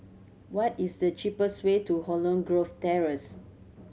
what is the cheapest way to Holland Grove Terrace